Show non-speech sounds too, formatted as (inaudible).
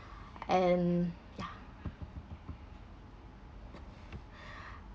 and yeah (breath)